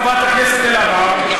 חברת הכנסת אלהרר,